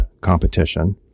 competition